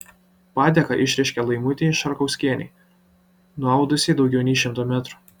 padėką išreiškė laimutei šarkauskienei nuaudusiai daugiau nei šimtą metrų